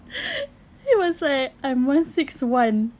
he was like I'm one six one